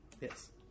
Yes